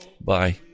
Bye